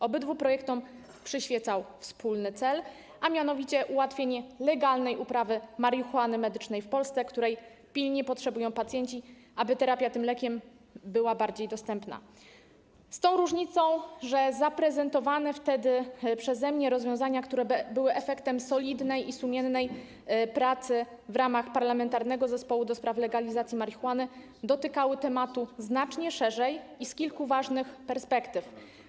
Obydwu projektom przyświecał wspólny cel, a mianowicie ułatwienie legalnej uprawy marihuany medycznej w Polsce, której pilnie potrzebują pacjenci, aby terapia tym lekiem była bardziej dostępna, z tą różnicą, że zaprezentowane wtedy przeze mnie rozwiązania, który były efektem solidnej i sumiennej pracy w ramach Parlamentarnego Zespołu ds. Legalizacji Marihuany, dotykały tematu znacznie szerzej i z kilku ważnych perspektyw.